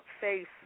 face